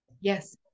Yes